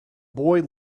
boy